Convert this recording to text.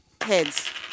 Heads